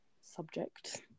subject